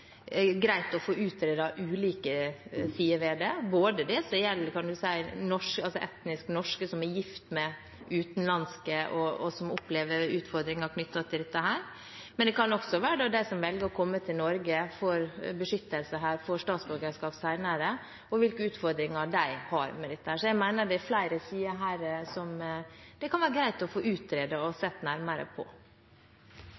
greit å få utredet ulike sider ved det, både det som gjelder etnisk norske som er gift med utenlandske, og som opplever utfordringer knyttet til dette, og det som gjelder dem som velger å komme til Norge, får beskyttelse her og får statsborgerskap senere, og hvilke utfordringer de har med dette. Så jeg mener det er flere sider her som det kan være greit å få utredet og